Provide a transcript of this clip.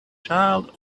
child